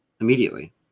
immediately